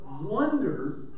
wonder